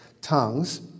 tongues